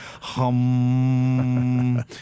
hum